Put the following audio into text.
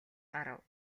гарав